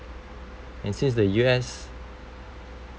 and since the U_S